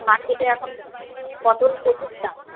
মার্কেটে এখন পটল প্রচুর দাম